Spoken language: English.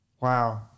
Wow